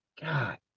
god